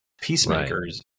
Peacemakers